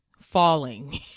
falling